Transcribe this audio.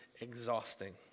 exhausting